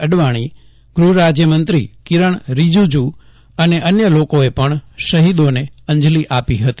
અડવાણી ગૃહરાજ્યમંત્રી કિરણ રીજુજુ અન્ય લોકોએ પણ શહીદોને અંજલી આપી હતી